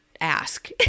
ask